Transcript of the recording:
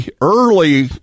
early